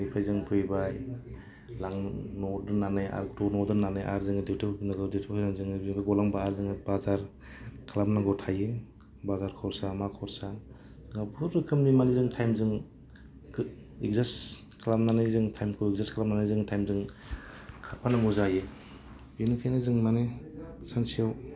बेनिफ्राय जों फैबाय न'आव दोन्नानै आरो रुमाव दोन्नानै आरो जोंङो डिउटिआव फैगोन जों बेखौ ग'बा जोंङो बाजार खालामनांगौ थायो बाजार खरसा मा खरसा बहुत रोखोमनि टाइमजों एडजस्ट खालामनानै जों टाइमखौ एडजस्ट खालामनानै जोङो टाइमजों खारफा नांगौ जायो बेनि खायनो जोङो सानसे